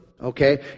Okay